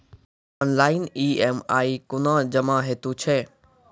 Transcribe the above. Online EMI कूना जमा हेतु छै?